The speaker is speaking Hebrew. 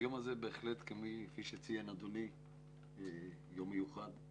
היום הזה בהחלט כפי שציין אדוני - הוא יום מיוחד.